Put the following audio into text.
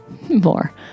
more